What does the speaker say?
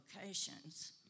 locations